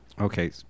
Okay